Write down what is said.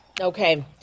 Okay